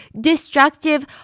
destructive